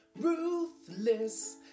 ruthless